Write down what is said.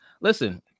Listen